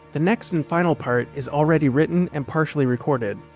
the next and final part is already written and partially recorded,